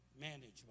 management